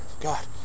god